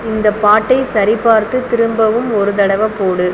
இந்த பாட்டை சரிபார்த்து திரும்பவும் ஒரு தடவை போடு